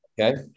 okay